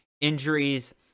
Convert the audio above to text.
Injuries